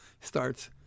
Starts